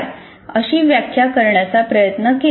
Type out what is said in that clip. ' अशी व्याख्या करण्याचा प्रयत्न केला